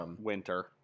Winter